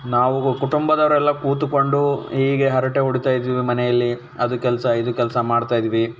ನಾವು ಕುಟುಂಬದವರೆಲ್ಲ ಕೂತುಕೊಂಡು ಹೀಗೆ ಹರಟೆ ಹೊಡಿತಾ ಇದ್ವಿ ಮನೆಯಲ್ಲಿ ಅದು ಕೆಲಸ ಇದು ಕೆಲಸ ಮಾಡ್ತಾಯಿದ್ವಿ